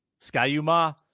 Skyuma